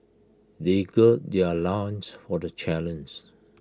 they gird their loins for the